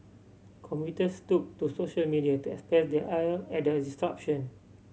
commuters took to social media to express their ire at the disruption